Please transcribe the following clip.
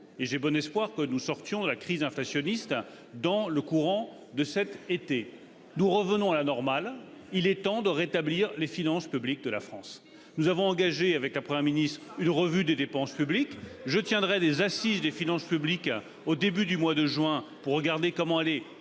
et j'ai bon espoir que nous sortions de la crise inflationniste dans le courant de cet été. Nous revenons à la normale. Il est temps de rétablir les finances publiques de la France, nous avons engagé avec la Première ministre une revue des dépenses publiques. Je tiendrai des assises des finances publiques au début du mois de juin pour regarder comment aller